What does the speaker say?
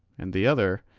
and the other,